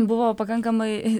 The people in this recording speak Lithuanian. buvo pakankamai